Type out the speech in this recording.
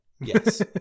Yes